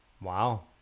Wow